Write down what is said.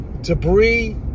debris